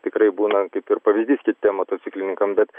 tikrai būna kaip ir pavyzdys kitiem motociklininkam bet